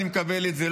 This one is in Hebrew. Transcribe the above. אני מקבל את זה,